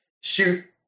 shoot